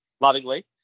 lovingly